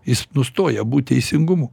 jis nustoja būt teisingumu